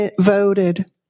voted